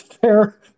Fair